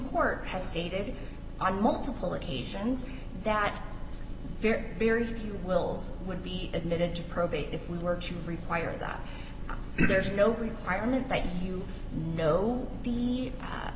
court has stated on multiple occasions that very very few wills would be admitted to probate if we were to require that there is no requirement that you know the